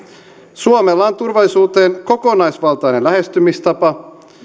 suomella on turvallisuuteen kokonaisvaltainen lähestymistapa